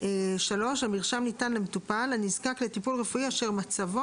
(3)המרשם ניתן למטופל הנזקק לטיפול רפואי אשר מצבו